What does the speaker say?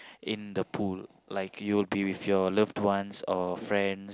in the pool like you will be with your loved ones or friends